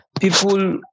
people